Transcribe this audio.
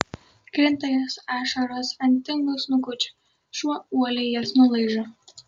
krinta jos ašaros ant tingo snukučio šuo uoliai jas nulaižo